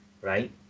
right